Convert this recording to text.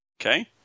Okay